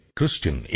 Christian